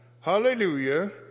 Hallelujah